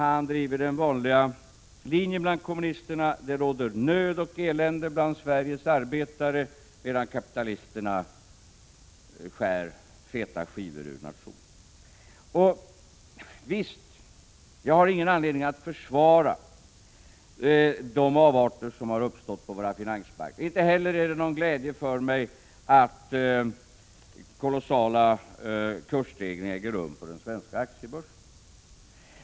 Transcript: Han driver den vanliga linjen bland kommunisterna — det råder nöd och elände bland Sveriges arbetare, medan kapitalisterna skär feta skivor ur nationen. Visst, jag har ingen anledning att försvara de avarter som har uppstått på vår finansmarknad. Det är inte heller någon glädje för mig att kolossala kursstegringar äger rum på den svenska aktiebörsen.